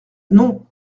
non